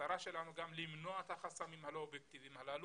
המטרה שלנו היא למנוע את החסמים הלא אובייקטיביים הללו,